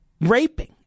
raping